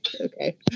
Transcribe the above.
Okay